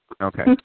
Okay